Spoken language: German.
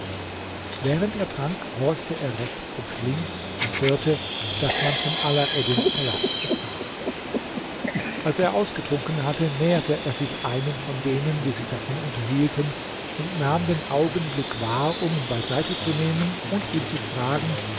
während er trank horchte er rechts und links und hörte daß man von alaeddins palast sprach als er ausgetrunken hatte näherte er sich einem von denen die sich davon unterhielten und nahm den augenblick wahr um ihn beiseite zu nehmen und ihn zu fragen